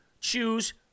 choose